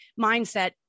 mindset